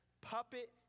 puppet